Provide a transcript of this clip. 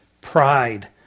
pride